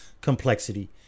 complexity